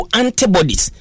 antibodies